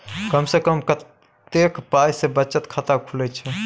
कम से कम कत्ते पाई सं बचत खाता खुले छै?